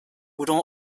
途中